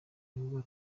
nubwo